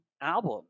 album